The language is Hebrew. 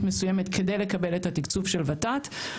מסוימת כדי לקבל את התקצוב של ות"ת.